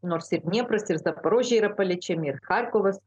nors dniepras ir zaporožė yra paliečiami ir charkovas